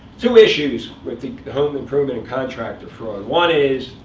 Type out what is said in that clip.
two issues with the the home improvement contractor fraud one is,